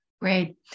Great